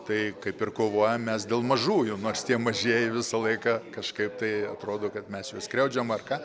tai kaip ir kovojam mes dėl mažųjų nors tie mažieji visą laiką kažkaip tai atrodo kad mes juos skriaudžiam ar ką